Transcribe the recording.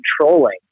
controlling